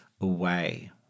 away